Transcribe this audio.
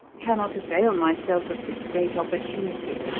cannot avail myself of this great opportunity.